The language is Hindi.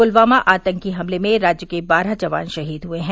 पुलवामा आतंकी हमले में राज्य के बारह जवान शहीद हुए हैं